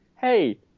hey